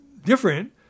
different